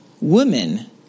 women